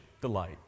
delight